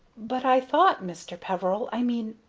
but i thought, mr. peveril i mean,